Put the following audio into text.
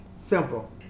Simple